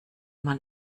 man